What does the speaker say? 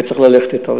וצריך ללכת אתו.